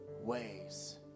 ways